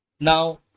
Now